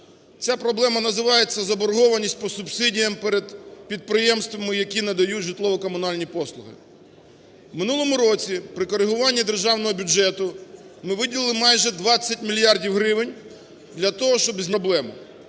ця проблема називається заборгованість по субсидіям перед підприємствами, які надають житлово-комунальні послуги. В минулому році при корегуванні державного бюджету ми виділили майже 20 мільярдів гривень для того, щоб зняти